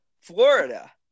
Florida